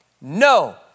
No